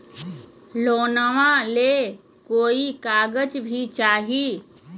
लोनमा ले कोई कागज भी चाही?